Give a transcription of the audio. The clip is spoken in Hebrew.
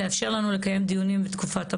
לאפשר לנו לקיים דיונים בתקופת הפגרה.